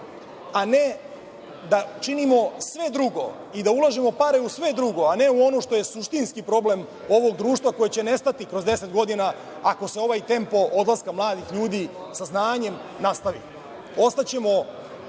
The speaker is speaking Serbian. a ne da činimo sve drugo i da ulažemo pare u sve drugo, a ne u ono što je suštinski problem ovog društva koje će nestati kroz deset godina, ako se ovaj tempo odlaska mladih ljudi sa znanjem nastavi. Ostaćemo